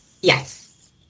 yes